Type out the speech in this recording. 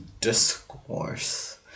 discourse